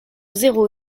zéro